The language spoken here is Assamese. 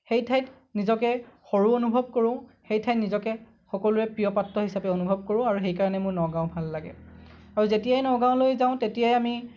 সেই ঠাইত নিজকে সৰু অনুভৱ কৰোঁ সেই ঠাইত নিজকে সকলোৰে প্ৰিয়পাত্ৰ হিচাপে অনুভৱ কৰোঁ আৰু সেইকাৰণে মোৰ নগাঁও ভাল লাগে আৰু যেতিয়াই নগাঁৱলৈ যাওঁ তেতিয়াই আমি